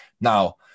now